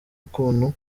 ukuntu